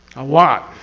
a lot!